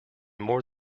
more